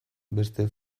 beste